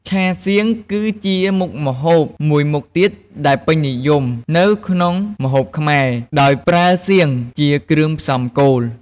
ឆាសៀង គឺជាមុខម្ហូបមួយមុខទៀតដែលពេញនិយមនៅក្នុងម្ហូបខ្មែរ ដោយប្រើសៀង ជាគ្រឿងផ្សំគោល។